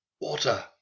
Water